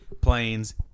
planes